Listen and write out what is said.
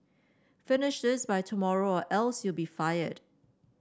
finish this by tomorrow or else you'll be fired